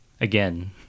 Again